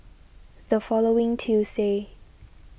the following Tuesday